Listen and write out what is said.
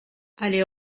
allée